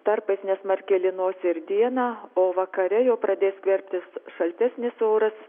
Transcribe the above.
tarpais nesmarkiai lynos ir dieną o vakare jau pradės skverbtis šaltesnis oras